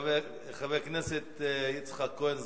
חבר הכנסת יצחק כהן,